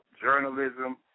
journalism